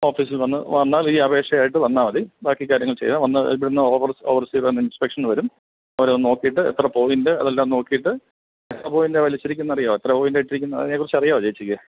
ഓഫീസിൽ വന്ന് വന്നാൽ ഈ അപേക്ഷയായിട്ട് വന്നാൽ മതി ബാക്കി കാര്യങ്ങൾ ചെയ്യാം വന്ന് ഇവിടുന്ന് ഓവർ ഓവർസിയർ വന്ന് ഇൻസ്പെക്ഷന് വരും അവർ വന്ന് നോക്കിയിട്ട് എത്ര പോയിൻറ് അതെല്ലാം നോക്കിയിട്ട് അപ്പോൾ എത്ര പോയിൻറ് ആണ് വലിച്ചിരിക്കുന്നത് അറിയാമോ എത്ര പോയിൻറ് ആണ് ഇട്ടിരിക്കുന്നത് അതിനെ കുറിച്ച് അറിയാമോ ചേച്ചിക്ക്